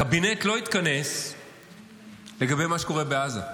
הקבינט לא התכנס לגבי מה שקורה בעזה.